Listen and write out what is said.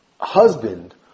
husband